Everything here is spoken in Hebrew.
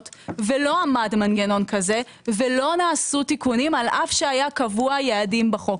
ולא עמד מנגנון כזה ולא נעשו תיקונים על אף שהיה קבוע יעדים בחוק.